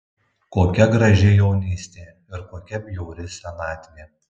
kokia graži jaunystė ir kokia bjauri senatvė